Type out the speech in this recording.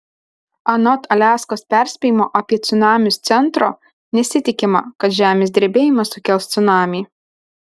anot aliaskos perspėjimo apie cunamius centro nesitikima kad žemės drebėjimas sukels cunamį